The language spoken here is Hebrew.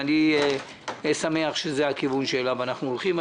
ואני שמח מאוד שזה הכיוון שליו אנחנו הולכים.